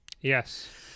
Yes